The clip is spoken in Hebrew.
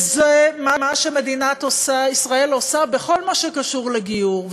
זה מה שמדינת ישראל עושה בכל מה שקשור לגיור,